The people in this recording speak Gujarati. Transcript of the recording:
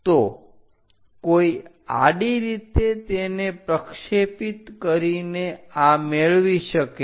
તો કોઈ આડી રીતે તેને પ્રક્ષેપિત કરીને આ મેળવી શકે છે